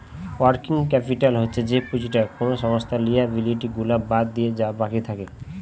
working capital হচ্ছে যে পুঁজিটা কোনো সংস্থার লিয়াবিলিটি গুলা বাদ দিলে যা বাকি থাকে